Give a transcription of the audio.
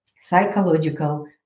psychological